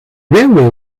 railway